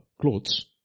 clothes